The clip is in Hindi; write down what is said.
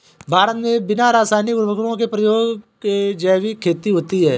भारत मे बिना रासायनिक उर्वरको के प्रयोग के जैविक खेती होती है